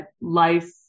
Life